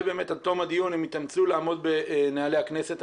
באמת עד תום הדיון הם יתאמצו לעמוד בנוהלי הכנסת.